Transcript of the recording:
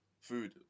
food